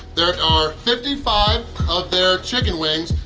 there are fifty five of their chicken wings,